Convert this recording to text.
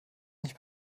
nicht